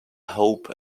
hope